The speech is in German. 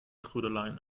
trödeleien